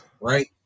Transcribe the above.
Right